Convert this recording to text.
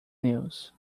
news